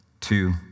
two